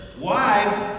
Wives